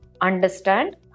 understand